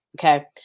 Okay